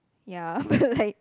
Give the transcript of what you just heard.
ya but like